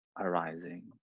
arising